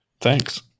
Thanks